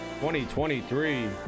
2023